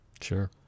Sure